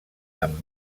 amb